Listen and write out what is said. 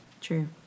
True